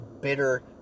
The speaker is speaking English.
bitter